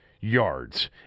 yards